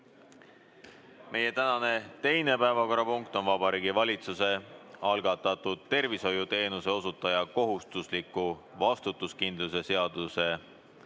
Meie tänane teine päevakorrapunkt on Vabariigi Valitsuse algatatud tervishoiuteenuse osutaja kohustusliku vastutuskindlustuse seaduse